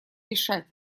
решать